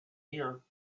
here